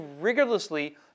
rigorously